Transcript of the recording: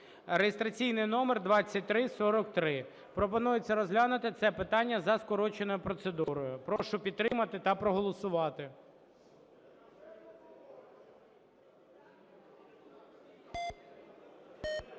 (реєстраційний номер 2343). Пропонується розглянути це питання за скороченою процедурою. Прошу підтримати та проголосувати.